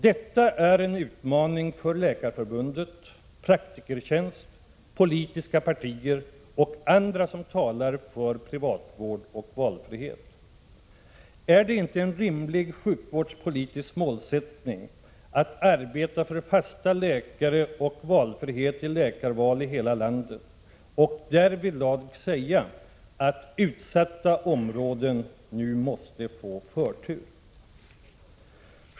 Detta är en utmaning för Läkarförbundet, Praktikertjänst, politiska partier och andra som talar för privatvård och valfrihet. Är det inte en rimlig sjukvårdspolitisk målsättning att arbeta för fasta läkare och valfrihet i läkarval i hela landet och därvidlag säga att utsatta områden nu måste få förtur?